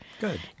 Good